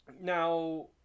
now